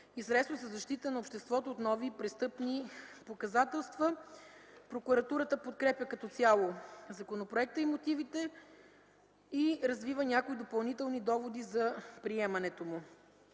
средство за защита на обществото от нови престъпни посегателства. Прокуратурата подкрепя като цяло законопроекта и мотивите и развива някои допълнителни доводи за приемането му.